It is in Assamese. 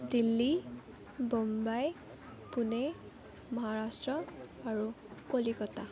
দিল্লী বম্বাই পুনে মহাৰাষ্ট্ৰ আৰু কলিকতা